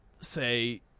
say